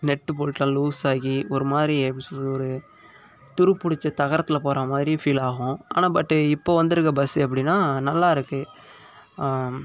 net போல்டெல்லாம் லூஸாகி ஒரு மாதிரி எப்படி சொல்கிறது ஒரு துருப்பிடிச்ச தகரத்தில் போகிறா மாதிரி ஃபீல் ஆகும் ஆனால் பட் இப்போது வந்திருக்க பஸ் எப்படின்னா நல்லாயிருக்கு